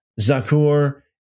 Zakur